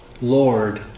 Lord